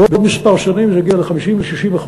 בעוד כמה שנים זה יגיע ל-50% ול-60%,